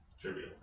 trivial